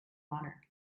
honor